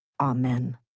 Amen